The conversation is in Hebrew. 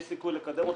יש סיכוי לקדם אותה.